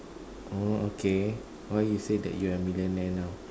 oh okay why you say that you are a millionaire now